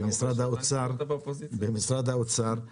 במשרד האוצר,